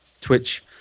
Twitch